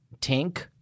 Tink